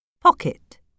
Pocket